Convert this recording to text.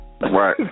Right